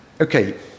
Okay